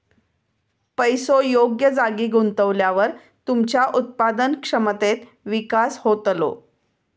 पैसो योग्य जागी गुंतवल्यावर तुमच्या उत्पादन क्षमतेत विकास होतलो